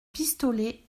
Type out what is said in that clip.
pistolet